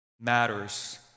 matters